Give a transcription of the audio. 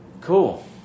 cool